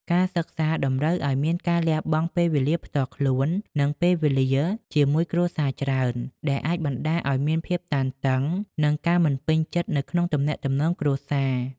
ការសិក្សាតម្រូវឱ្យមានការលះបង់ពេលវេលាផ្ទាល់ខ្លួន និងពេលវេលាជាមួយគ្រួសារច្រើន ដែលអាចបណ្តាលឱ្យមានភាពតានតឹង និងការមិនពេញចិត្តនៅក្នុងទំនាក់ទំនងគ្រួសារ។